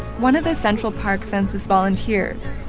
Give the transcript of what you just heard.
one of the central park census volunteers,